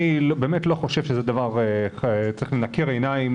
אני באמת לא חושב שצריך לנקר עיניים